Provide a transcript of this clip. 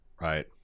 right